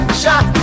shot